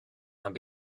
and